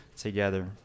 together